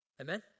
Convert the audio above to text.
Amen